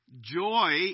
Joy